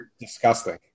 disgusting